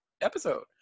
episode